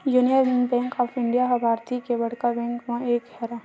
union bank of India ह भारतीय के बड़का बेंक मन म एक हरय